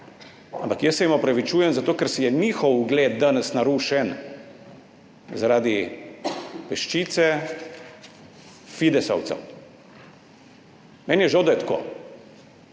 jim jaz tudi opravičujem, zato ker je njihov ugled danes narušen zaradi peščice fidesovcev. Meni je žal, da je tako.